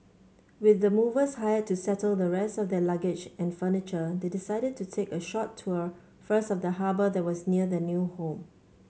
with the movers hired to settle the rest of their luggage and furniture they decided to take a short tour first of the harbour that was near their new home